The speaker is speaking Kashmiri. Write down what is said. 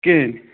کِہیٖنۍ